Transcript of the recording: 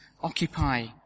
occupy